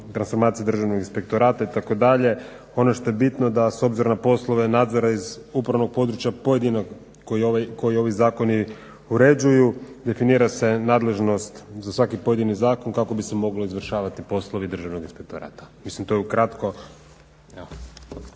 transformaciji Državnog inspektorata, itd. Ono što je bitno, s obzirom na poslove nadzora iz upravnog područja pojedinog koji ovi zakoni uređuju, definira se nadležnost za svaki pojedini zakon kako bi se mogli izvršavati poslovi Državnog inspektorata. Mislim to je ukratko.